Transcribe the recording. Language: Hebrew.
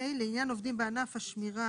גמול עבודה בשעות הנוספות לא יפחת מחישוב